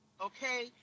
okay